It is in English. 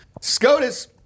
SCOTUS